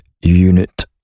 Unit